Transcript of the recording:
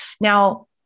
Now